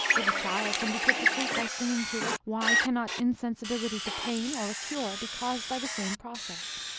if a child can be put to sleep by singing to it, why cannot insensibility to pain or a cure be caused by the same process?